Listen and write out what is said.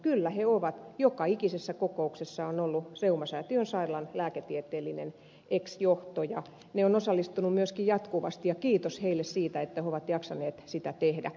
kyllä he ovat joka ikisessä kokouksessa on ollut reumasäätiön sairaalan lääketieteellinen ex johto ja he ovat osallistuneet myöskin jatkuvasti ja kiitos heille siitä että he ovat jaksaneet sitä tehdä